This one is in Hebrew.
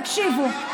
תקשיבו.